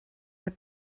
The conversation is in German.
hat